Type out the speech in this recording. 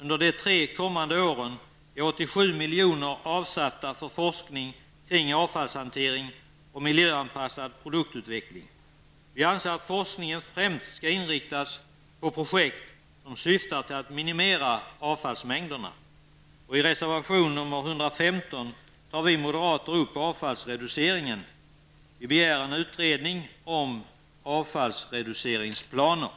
För de tre kommande åren är 87 milj.kr. avsatta för forskning kring avfallshantering och miljöanpassad produktutveckling. Vi anser att forskningen främst skall inriktas på projekt som syftar till att minimera avfallsmängderna. I reservation 115 tar vi moderater upp frågan om avfallsreduceringen. Vi begär en utredning om avfallsreduceringsplaner.